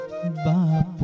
bye